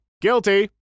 Guilty